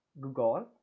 Google